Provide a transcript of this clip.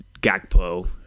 Gakpo